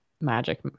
magic